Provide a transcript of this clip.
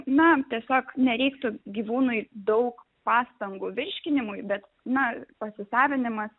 na tiesiog nereiktų gyvūnui daug pastangų virškinimui bet na pasisavinimas